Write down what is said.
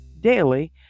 daily